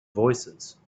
voicesand